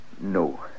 No